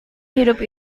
hidup